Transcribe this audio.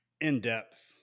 in-depth